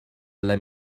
let